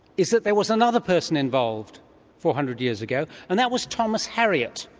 is that there was another person involved four hundred years ago, and that was thomas harriot,